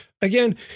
Again